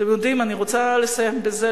אני רוצה לסיים בזה.